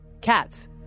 Cats